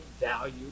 value